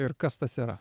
ir kas tas yra